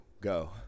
go